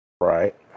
Right